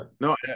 No